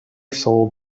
sold